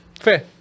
fair